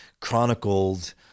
chronicled